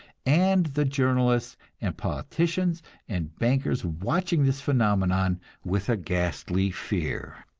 and the journalists and politicians and bankers watching this phenomenon with a ghastly fear.